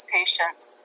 patients